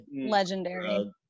Legendary